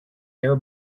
air